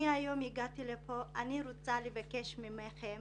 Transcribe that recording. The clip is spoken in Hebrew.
אני היום הגעתי לכאן ורוצה לבקש ממכם